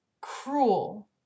cruel